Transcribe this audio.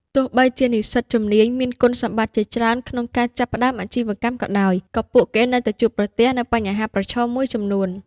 ទោះបីជានិស្សិតជំនាញមានគុណសម្បត្តិជាច្រើនក្នុងការចាប់ផ្ដើមអាជីវកម្មក៏ដោយ ក៏ពួកគេនៅតែជួបប្រទះនូវបញ្ហាប្រឈមមួយចំនួន។